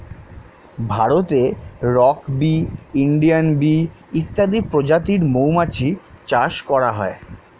ভারতে rock bee, Indian bee ইত্যাদি প্রজাতির মৌমাছি চাষ করা হয়